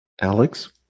Alex